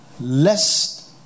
lest